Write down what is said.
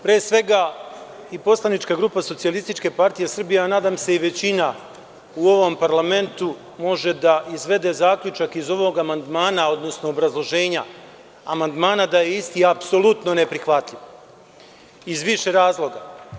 Pre svega, i poslanička grupa SPS, a nadam se i većina u ovom parlamentu može da izvede zaključak iz ovog amandmana, odnosno obrazloženja amandmana da je isti apsolutno neprihvatljiv iz više razloga.